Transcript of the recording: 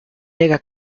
era